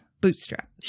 Bootstrap